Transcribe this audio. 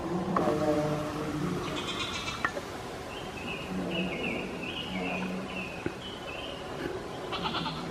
Maabara ya computer zikiwa hapo tatu, kuna hapo